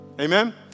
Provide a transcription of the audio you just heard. Amen